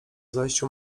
zajściu